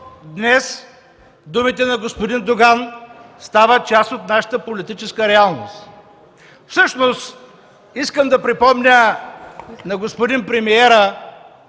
днес думите на господин Доган стават част от нашата политическа реалност. Всъщност искам да припомня на господин премиера,